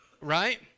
right